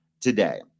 today